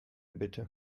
bitte